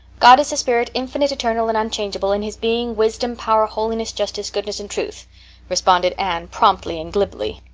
god is a spirit, infinite, eternal and unchangeable, in his being, wisdom, power, holiness, justice, goodness, and truth responded anne promptly and glibly.